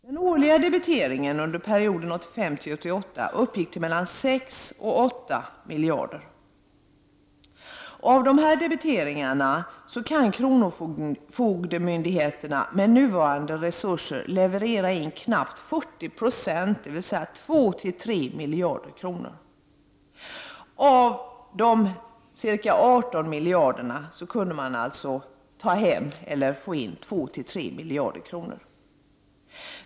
Den årliga debiteringen under perioden 1985—1988 uppgick till mellan 6 och 8 miljarder, och av dessa debiteringar kan kronofogdemyndigheterna med nuvarande resurser leverera in knappt 40 26, dvs. 2—3 miljarder kronor. Av de ca 18 miljarderna kunde man alltså få in 2—3 miljarder kronor.